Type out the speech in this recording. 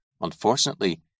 unfortunately